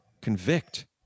convict